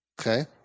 Okay